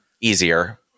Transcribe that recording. Easier